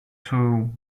two